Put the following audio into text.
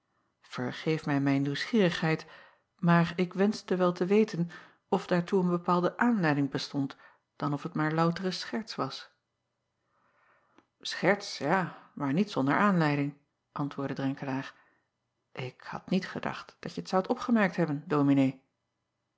ergeef mij mijn nieuwsgierigheid maar ik wenschte acob van ennep laasje evenster delen wel te weten of daartoe een bepaalde aanleiding bestond dan of het maar loutere scherts was cherts ja maar niet zonder aanleiding antwoordde renkelaer ik had niet gedacht dat je t zoudt opgemerkt hebben ominee